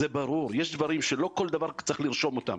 זה ברור, לא כל דבר צריך לרשום אותו.